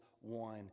one